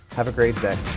have a great day.